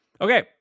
Okay